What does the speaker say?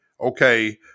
okay